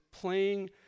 playing